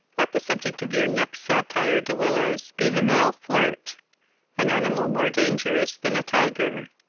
let the subject of your next satire, de willows, be the male flirt an animal more dangerous than a tyger.